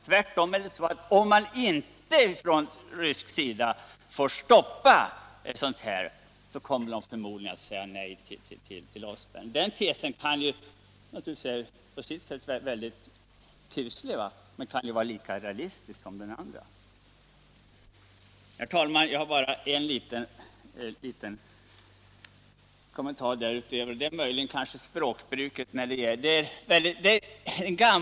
Tvärtom är det så, att om man från rysk sida inte tror sig på ett senare stadium kunna stoppa en sådan utveckling, så kommer man att säga nej så fort som möjligt. Det är en tanke som i och för sig är kuslig, men den kan vara lika realistisk som den första. Herr talman! Jag vill bara göra ytterligare en liten kommentar, och den gäller det språkbruk som har använts här.